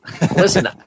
listen